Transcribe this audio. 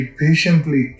patiently